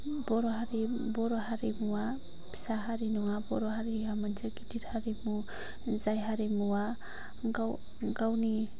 बर' हारि बर' हारिमुवा फिसा हारि नङा बर हारिआ मोनसे गिदिर हारिमु जाय हारिमुवा गाव गावनि